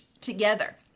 together